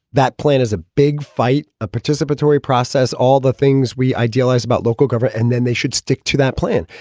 that plan is a big fight, a participatory process, all the things we idealize about local governance. and then they should stick to that plan.